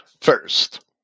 First